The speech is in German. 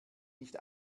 nicht